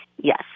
yes